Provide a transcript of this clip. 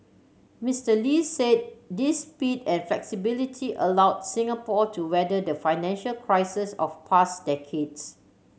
Mr Lee said this speed and flexibility allowed Singapore to weather the financial crises of pass decades